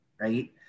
right